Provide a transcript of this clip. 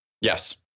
Yes